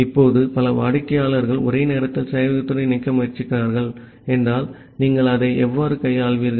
இப்போது பல வாடிக்கையாளர்கள் ஒரே நேரத்தில் சேவையகத்துடன் இணைக்க முயற்சிக்கிறீர்கள் என்றால் நீங்கள் அதை எவ்வாறு கையாள்வீர்கள்